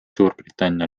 suurbritannia